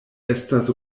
estas